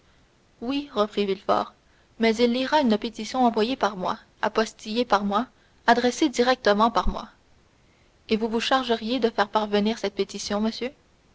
oui reprit villefort mais il lira une pétition envoyée par moi apostillée par moi adressée directement par moi et vous vous chargeriez de faire parvenir cette pétition monsieur